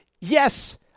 yes